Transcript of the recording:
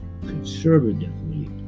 conservatively